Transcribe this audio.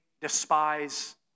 despise